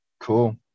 Cool